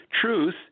truth